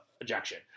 ejection